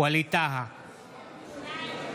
ווליד טאהא,